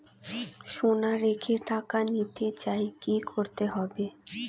সোনা রেখে টাকা নিতে চাই কি করতে হবে?